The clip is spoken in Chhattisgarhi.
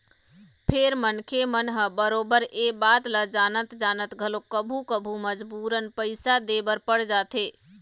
फेर मनखे मन ह बरोबर ये बात ल जानत जानत घलोक कभू कभू मजबूरन पइसा दे बर पड़ जाथे